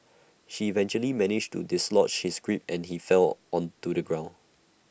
she eventually managed to dislodge his grip and he fell to the ground